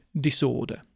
disorder